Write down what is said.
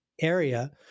Area